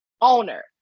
owner